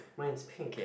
mine is pink